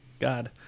God